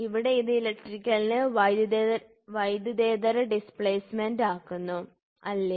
ഇവിടെ ഇത് ഇലക്ട്രിക്കലിനെ വൈദ്യുതേതര ഡിസ്പ്ലേസ്മെന്റ് ആക്കുന്നു അല്ലേ